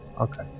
Okay